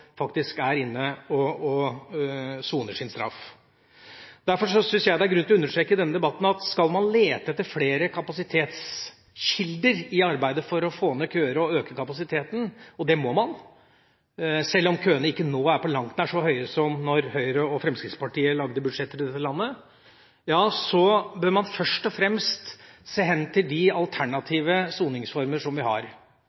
faktisk er inne og soner sin straff. Jeg syns derfor det er grunn til å understreke i denne debatten at skal man lete etter flere kapasitetskilder i arbeidet for å få ned køer og øke kapasiteten – og det må man, selv om køene nå ikke på langt nær er så høye som da Høyre og Fremskrittspartiet lagde budsjetter i dette landet – bør man først og fremst se hen til de